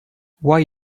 why